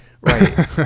Right